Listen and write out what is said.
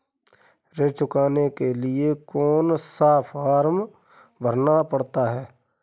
ऋण चुकाने के लिए कौन सा फॉर्म भरना पड़ता है?